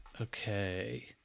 Okay